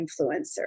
influencer